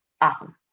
awesome